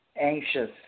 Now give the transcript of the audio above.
Anxious